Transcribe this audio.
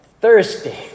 thirsty